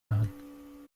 machen